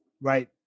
Right